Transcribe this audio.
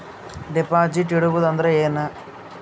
Deposit ಇಡುವುದು ಅಂದ್ರ ಏನ?